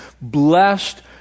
Blessed